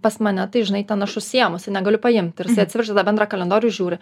pas mane tai žinai ten aš užsiėmusi negaliu paimt ir jisai atsiverčia tą bendrą kalendorių ir žiūri